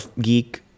geek